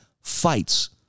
fights